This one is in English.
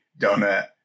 donut